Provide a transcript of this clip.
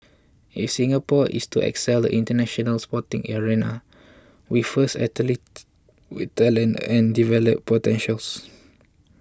if Singapore is to excel in the International Sporting arena we first athletes with talent and development potentials